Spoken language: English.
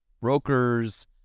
brokers